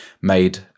made